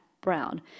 brown